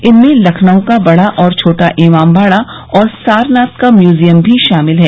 इनमें लखनऊ का बड़ा और छोटा इमामबाड़ा और सारनाथ का म्यूजियम भी शामिल है